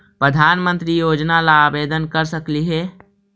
प्रधानमंत्री योजना ला आवेदन कर सकली हे?